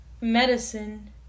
medicine